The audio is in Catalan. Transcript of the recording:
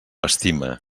estima